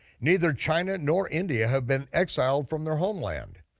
neither china nor india have been exiled from their homeland.